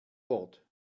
bord